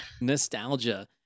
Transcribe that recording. Nostalgia